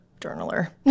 Journaler